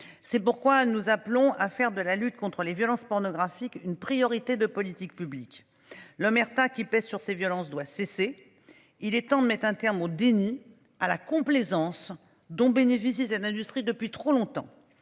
C'est pourquoi nous appelons à faire de la lutte contre les violences pornographique une priorité de politique publique. L'omerta qui pèse sur ces violences doit cesser. Il est temps de mettre un terme au déni à la complaisance dont bénéficie cette industrie depuis trop longtemps